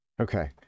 Okay